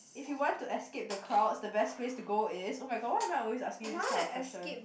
if you want to escape the crowds the best place to go is oh-my-god why am I always asking you this kind of question